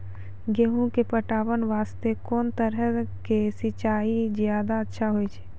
गेहूँ के पटवन वास्ते कोंन तरह के सिंचाई ज्यादा अच्छा होय छै?